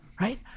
right